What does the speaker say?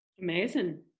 Amazing